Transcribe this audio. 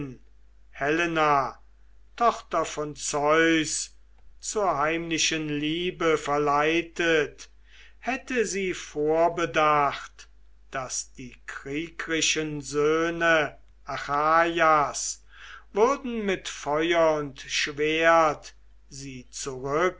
helena tochter von zeus zur heimlichen liebe verleitet hätte sie vorbedacht daß die kriegrischen söhne achaias würden mit feuer und schwert sie zurück